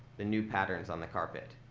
the new patterns on the carpet.